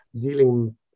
dealing